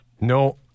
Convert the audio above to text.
No